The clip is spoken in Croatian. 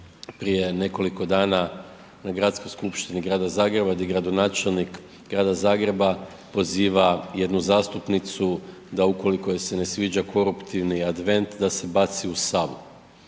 prije nekoliko dana na Gradskoj skupštini grada Zagreba di gradonačelnik grada Zagreba poziva jednu zastupnicu da ukoliko joj se ne sviđa koruptivni Advent, da se baci u Savu.